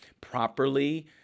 properly